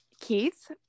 Keith